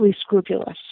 scrupulous